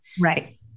Right